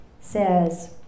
says